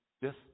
Yes